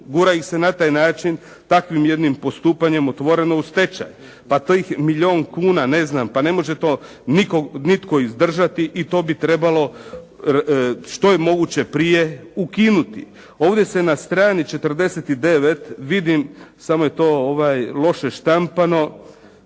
Gura ih se na taj način takvim jednim postupanjem otvoreno u stečaj, pa tih milijun kuna ne znam, pa ne može to nitko izdržati i to bi trebalo što je moguće prije ukinuti. Ovdje se na strani 49. vidim samo je to loše štampano